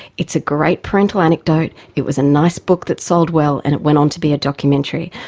it's a great parental anecdote, it was a nice book that sold well, and it went on to be a documentary,